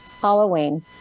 Halloween